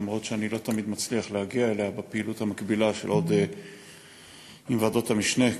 למרות שאני לא תמיד מצליח להגיע אליה בפעילות המקבילה עם ועדות המשנה,